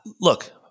Look